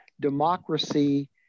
democracy